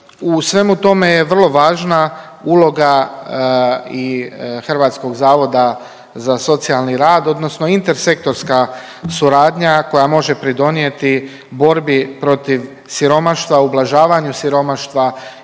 U svemu tome je vrlo važna uloga i Hrvatskog zavoda za socijalni rad odnosno intersektorska suradnja koja može pridonijeti borbi protiv siromaštva, ublažavanju siromaštva